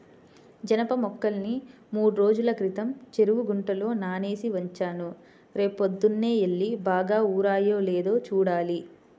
జనప మొక్కల్ని మూడ్రోజుల క్రితం చెరువు గుంటలో నానేసి వచ్చాను, రేపొద్దన్నే యెల్లి బాగా ఊరాయో లేదో చూడాలి